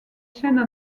chaînes